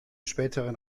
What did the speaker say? späteren